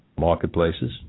marketplaces